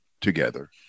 together